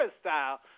style